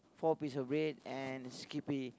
four piece of bread and Skippy